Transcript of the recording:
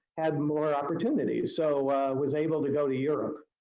had more opportunities, so was able to go to europe,